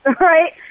right